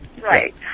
Right